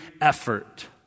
effort